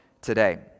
today